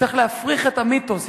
צריך להפריך את המיתוס.